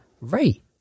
Ray